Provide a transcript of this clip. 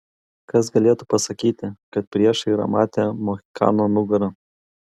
kas galėtų pasakyti kad priešai yra matę mohikano nugarą